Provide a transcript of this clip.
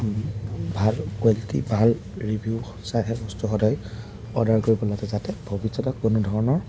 ভাল কোৱালিটি ভাল ৰিভিউ চাই সেই বস্তু সদায় অৰ্ডাৰ কৰিব লাগে যাতে ভৱিষ্যত কোনো ধৰণৰ